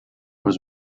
was